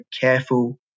careful